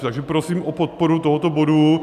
Takže prosím o podporu tohoto bodu.